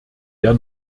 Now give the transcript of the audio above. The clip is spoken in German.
der